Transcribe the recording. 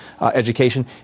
education